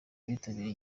abitabiriye